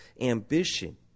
ambition